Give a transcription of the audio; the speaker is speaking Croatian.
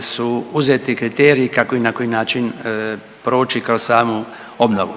su uzeti kriteriji kako i na koji način proći kroz samu obnovu.